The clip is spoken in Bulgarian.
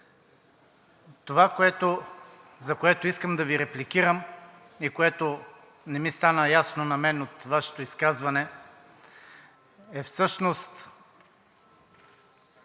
Това, за което искам да Ви репликирам и което не ми стана ясно на мен от Вашето изказване, е, всъщност